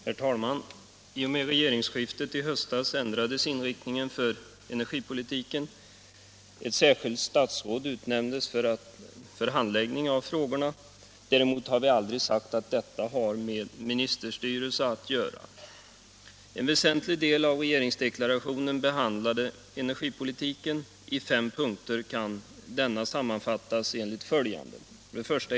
Herr talman! I och med regeringsskiftet i höstas ändrades inriktningen för energipolitiken. Ett särskilt statsråd utnämndes för handläggning av frågorna. Däremot har vi aldrig sagt att detta har med ministerstyrelse att göra. En väsentlig del av regeringsdeklarationen behandlar energipolitiken. I fem punkter kan denna sammanfattas enligt följande: 1.